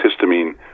histamine